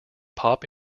pop